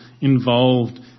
involved